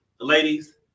ladies